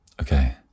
Okay